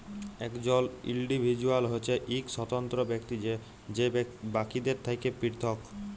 একজল ইল্ডিভিজুয়াল হছে ইক স্বতন্ত্র ব্যক্তি যে বাকিদের থ্যাকে পিরথক